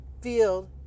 field